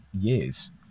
years